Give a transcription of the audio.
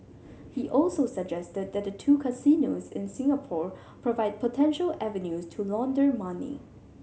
he also suggested that the two casinos in Singapore provide potential avenues to launder money